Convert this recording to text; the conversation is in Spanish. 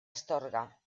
astorga